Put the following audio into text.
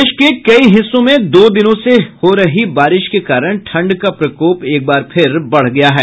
प्रदेश के कई हिस्सों में दो दिनों से हो रही बारिश के कारण ठंड का प्रकोप एक बार फिर बढ़ गया है